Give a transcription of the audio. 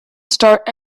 start